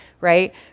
right